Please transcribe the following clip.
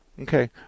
Okay